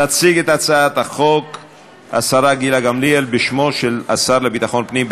תציג את הצעת החוק השרה גילה גמליאל בשמו של השר לביטחון פנים.